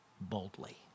boldly